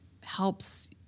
helps